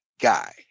guy